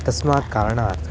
तस्मात् कारणात्